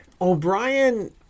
O'Brien